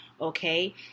okay